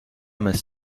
mēs